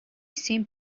seemed